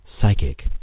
psychic